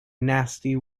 nasty